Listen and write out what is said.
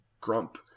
grump